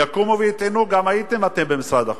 יקומו ויטענו: גם אתם הייתם במשרד החוץ.